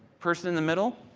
person in the middle,